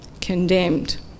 condemned